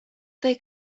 they